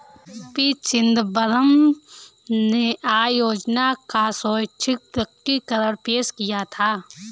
P Chidambaram ने आय योजना का स्वैच्छिक प्रकटीकरण पेश किया था